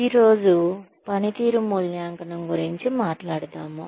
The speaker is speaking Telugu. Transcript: ఈ రోజు పనితీరు మూల్యాంకనం గురించి మాట్లాడుదాము